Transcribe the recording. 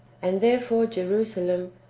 and therefore jerusalem,